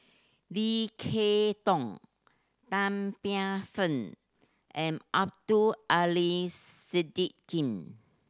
Lim Kay Tong Tan Paey Fern and Abdul Aleem Siddique